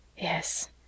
Yes